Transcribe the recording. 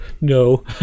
No